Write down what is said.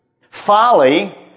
Folly